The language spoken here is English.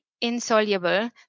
insoluble